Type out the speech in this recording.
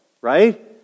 Right